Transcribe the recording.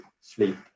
sleep